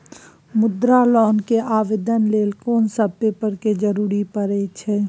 मुद्रा लोन के आवेदन लेल कोन सब पेपर के जरूरत परै छै?